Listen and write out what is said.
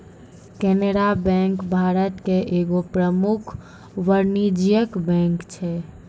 Canara bank Bharat के एगो प्रमुख वाणिज्यिक बैंक छै